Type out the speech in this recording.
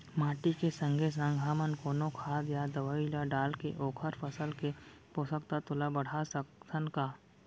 माटी के संगे संग हमन कोनो खाद या दवई ल डालके ओखर फसल के पोषकतत्त्व ल बढ़ा सकथन का?